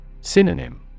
Synonym